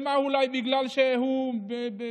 שמא אולי זה בגלל שהוא אתיופי,